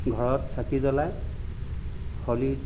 ঘৰত চাকি জ্বলাই হোলী